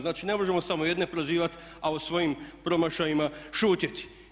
Znači ne možemo samo jedne prozivati a o svojim promašajima šutjeti.